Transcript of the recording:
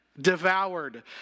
Devoured